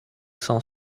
cent